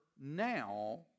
now